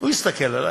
הוא הסתכל עלי,